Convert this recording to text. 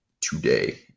today